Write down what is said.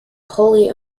wholly